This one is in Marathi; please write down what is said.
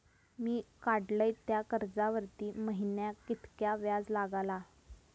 मी काडलय त्या कर्जावरती महिन्याक कीतक्या व्याज लागला?